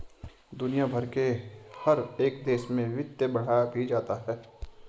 दुनिया भर के हर एक देश में वित्त पढ़ाया भी जाता है